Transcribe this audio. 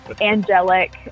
angelic